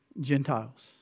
Gentiles